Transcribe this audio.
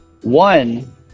one